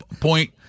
point